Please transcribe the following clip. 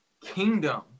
Kingdom